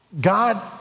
God